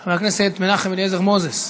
חבר הכנסת מנחם אליעזר מוזס,